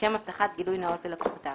לשם הבטחת גילוי נאות ללקוחותיו.